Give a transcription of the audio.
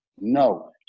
No